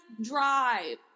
drive